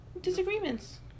Disagreements